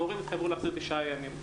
המורים התחייבו להחזיר 9 ימים.